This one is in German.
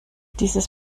dieses